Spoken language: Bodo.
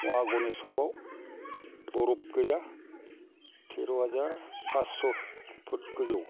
महागणेस थकयाव बरफ गोजा थेर' हाजार फासस फुद गोजौ